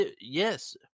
yes